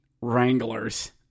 Wranglers